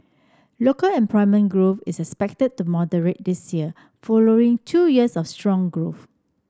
local employment growth is expected to moderate this year following two years of strong growth